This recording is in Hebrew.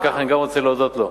וגם על כך אני רוצה להודות לו.